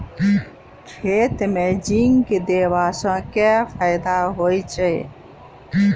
खेत मे जिंक देबा सँ केँ फायदा होइ छैय?